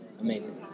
amazing